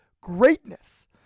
greatness